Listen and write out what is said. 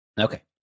Okay